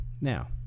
now